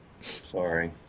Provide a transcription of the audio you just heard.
Sorry